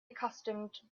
accustomed